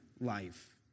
life